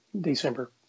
December